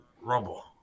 Rumble